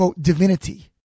divinity